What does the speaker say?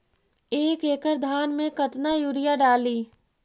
एक एकड़ धान मे कतना यूरिया डाली?